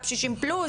אפ שישים פלוס,